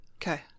Okay